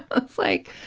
it's like,